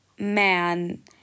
Man